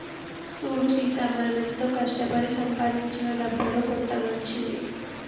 సూడు సీత మనం ఎంతో కష్టపడి సంపాదించిన డబ్బులో కొంత మంచిది